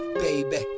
baby